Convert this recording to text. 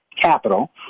Capital